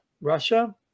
Russia